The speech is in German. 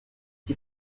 die